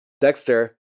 Dexter